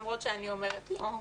למרות שאני אומרת לו,